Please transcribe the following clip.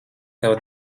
tev